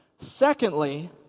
Secondly